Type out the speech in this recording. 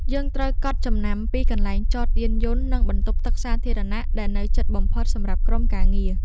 យើងត្រូវកត់ចំណាំពីកន្លែងចតយានយន្ត និងបន្ទប់ទឹកសាធារណៈដែលនៅជិតបំផុតសម្រាប់ក្រុមការងារ។